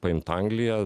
paimt angliją